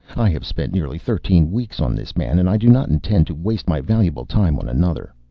i have spent nearly thirteen weeks on this man and i do not intend to waste my valuable time on another.